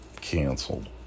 canceled